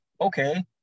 Okay